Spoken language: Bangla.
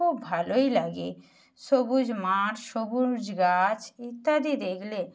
খুব ভালোই লাগে সবুজ মাঠ সবুজ গাছ ইত্যাদি দেখলে